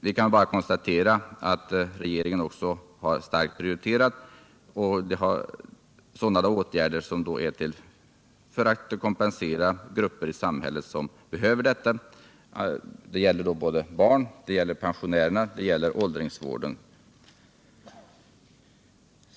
Vi kan konstatera att regeringen har prioriterat starkt och satt in åtgärder för att kompensera sådana grupper och områden i samhället där de verkligen behövs — det gäller barn, det gäller pensionärer och det gäller åldringsvård.